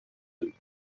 شوید